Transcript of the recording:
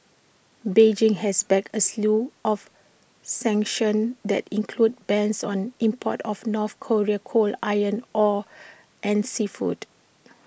Beijing has backed A slew of sanctions that include bans on imports of north Korean coal iron ore and seafood